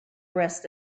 rest